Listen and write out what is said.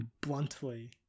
Bluntly